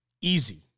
Easy